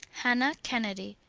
hannah kennedy,